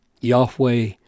Yahweh